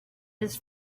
his